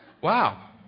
Wow